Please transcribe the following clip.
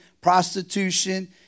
prostitution